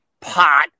pot